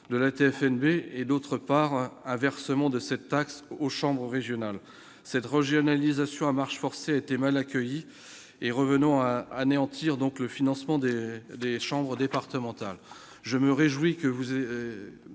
de la TFPNB, B et d'autre part, un versement de cette taxe aux Chambres régionales cette régionalisation à marche forcée a été mal accueillie et revenons à anéantir donc le financement des des chambres départementales, je me réjouis que vous que